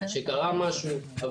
שקרה משהו.